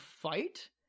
fight